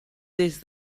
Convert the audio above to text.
des